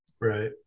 Right